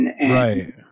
Right